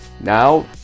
Now